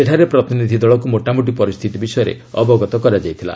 ସେଠାରେ ପ୍ରତିନିଧି ଦଳକୁ ମୋଟାମୋଟି ପରିସ୍ଥିତି ବିଷୟରେ ଅବଗତ କରାଯାଇଥିଲା